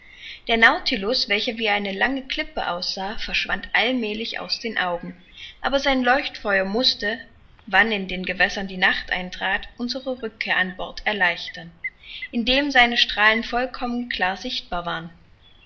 der nautilus welcher wie eine lange klippe aussah verschwand allmälig aus den augen aber sein leuchtfeuer mußte wann in den gewässern die nacht eintrat unsere rückkehr an bord erleichtern indem seine strahlen vollkommen klar sichtbar waren